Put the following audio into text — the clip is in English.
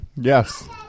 Yes